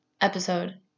episode